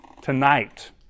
Tonight